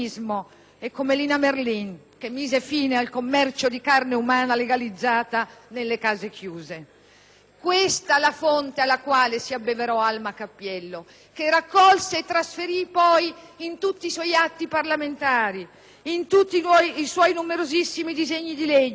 e come Lina Merlin, che mise fine al commercio di carne umana legalizzata nelle case chiuse. Questa è la fonte alla quale si abbeverò Alma Cappiello, che raccolse e trasferì poi in tutti i suoi atti parlamentari, in tutti i suoi numerosissimi disegni di legge,